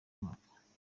mwaka